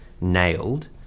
nailed